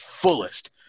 fullest